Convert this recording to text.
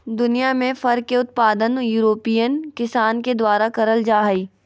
दुनियां में फर के उत्पादन यूरोपियन किसान के द्वारा करल जा हई